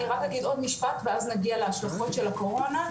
אני רק אגיד עוד משפט ואז נגיע להשלכות של הקורונה,